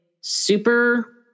super